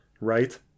right